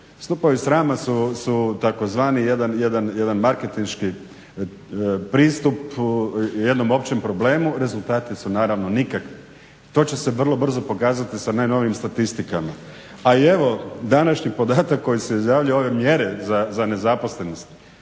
Stupovi srama su tzv. jedan marketinški pristup jednom općem problemu, rezultati su naravno nikakvi. I to će se vrlo brzo pokazati sa najnovijim statistikama. A i evo današnji podatak koji se izjavljuje, ove mjere za nezaposlenost,